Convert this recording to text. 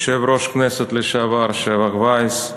יושב-ראש הכנסת לשעבר שבח וייס,